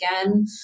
again